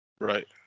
right